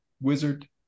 wizard